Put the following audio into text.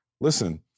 listen